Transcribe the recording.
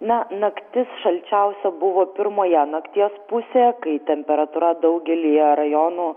na naktis šalčiausia buvo pirmoje nakties pusėje kai temperatūra daugelyje rajonų